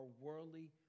worldly